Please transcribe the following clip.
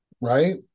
right